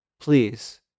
Please